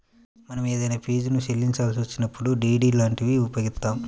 మనం ఏదైనా ఫీజుని చెల్లించాల్సి వచ్చినప్పుడు డి.డి లాంటివి ఉపయోగిత్తాం